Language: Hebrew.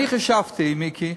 אני חשבתי, מיקי,